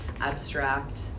Abstract